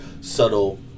subtle